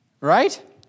Right